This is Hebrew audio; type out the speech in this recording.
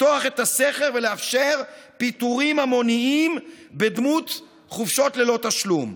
לפתוח את הסכר ולאפשר פיטורים המוניים בדמות חופשות ללא תשלום.